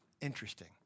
Interesting